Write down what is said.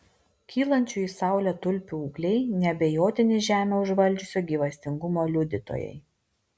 kylančių į saulę tulpių ūgliai neabejotini žemę užvaldžiusio gyvastingumo liudytojai